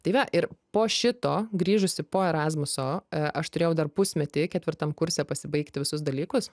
tai va ir po šito grįžusi po erasmuso e aš turėjau dar pusmetį ketvirtam kurse pasibaigti visus dalykus